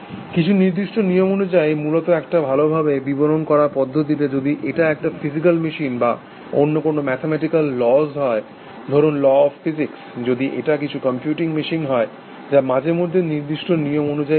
কিছু নির্দিষ্ট নিয়ম অনুযায়ী মূলত একটা ভালোভাবে বিবরণ করা পদ্ধতিতে যদি এটা একটা ফিজিকাল মেশিন বা অন্য কোনো ম্যাথমেটিকাল ল হয় ধরুন ল অফ ফিজিক্স যদি এটা কিছু কম্পিউটিং মেশিন হয় যা মাঝেমধ্যে নির্দিষ্ট নিয়ম অনুযায়ী চলে